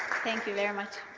thank you very much.